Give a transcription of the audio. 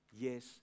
yes